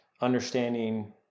understanding